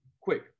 quick